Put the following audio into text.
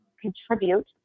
contribute